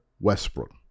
Westbrook